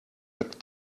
but